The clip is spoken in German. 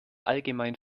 allgemein